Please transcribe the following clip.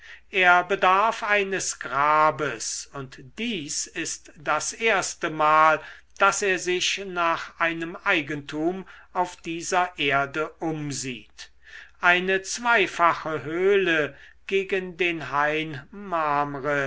er bedarf eines grabes und dies ist das erstemal daß er sich nach einem eigentum auf dieser erde umsieht eine zweifache höhle gegen den hain mamre